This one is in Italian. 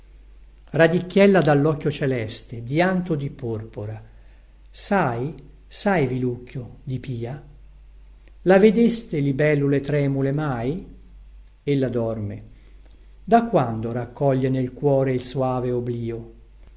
sasso radicchiella dallocchio celeste dianto di porpora sai sai vilucchio di pia la vedeste libellule tremule mai ella dorme da quando raccoglie nel cuore il soave oblio